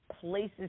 places